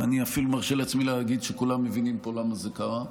אני אפילו מרשה לעצמי להגיד שכולם מבינים פה למה זה קרה.